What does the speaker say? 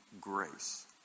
grace